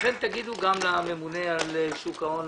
לכן תאמרו גם לממונה על שוק ההון,